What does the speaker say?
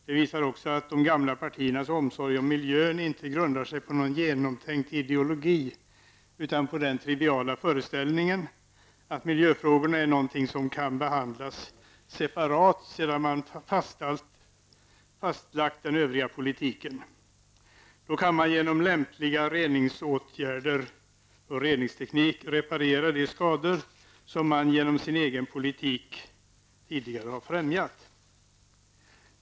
Det visar också att de gamla partiernas omsorg om miljön inte grundar sig på någon genomtänkt ideologi utan på den triviala föreställningen att miljöfrågorna kan behandlas separat sedan man fastlagt den övriga politiken. Då kan man med lämplig reningsteknik reparera de skador som man genom sin egen politik tidigare har främjat.